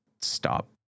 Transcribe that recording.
stop